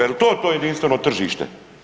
Jel to to jedinstveno tržište?